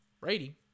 Brady